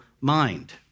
mind